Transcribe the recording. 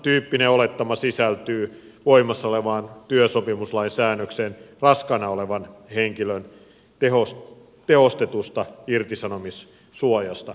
vastaavantyyppinen olettama sisältyy voimassa olevan työsopimuslain säännökseen raskaana olevan henkilön tehostetusta irtisanomissuojasta